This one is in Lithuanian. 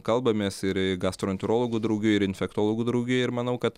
kalbamės ir gastroenterologų draugijoj ir infektologų draugijoj ir manau kad